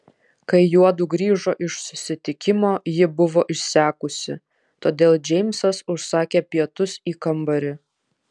kai juodu grįžo iš susitikimo ji buvo išsekusi todėl džeimsas užsakė pietus į kambarį